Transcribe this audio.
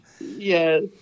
Yes